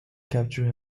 capture